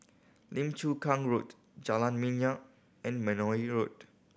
Lim Chu Kang Road Jalan Minyak and Benoi Road